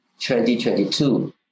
2022